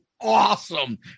awesome